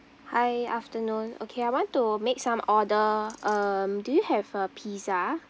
hi afternoon okay I want to make some order um do you have a pizza